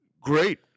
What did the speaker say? great